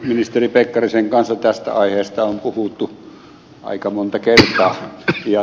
ministeri pekkarisen kanssa tästä aiheesta on puhuttu aika monta kertaa